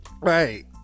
Right